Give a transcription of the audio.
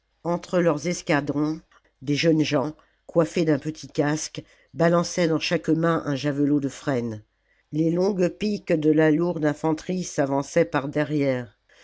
entre leurs escadrons des jeunes gens coiffes d'un petit casque balançaient dans chaque main un javelot de frêne les longues piques de la lourde infanterie s'avançaient par derrière